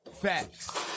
Facts